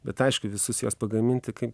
bet aišku visus juos pagaminti kai